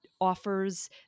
offers